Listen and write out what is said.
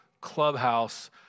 clubhouse